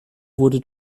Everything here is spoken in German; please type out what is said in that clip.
wurde